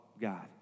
God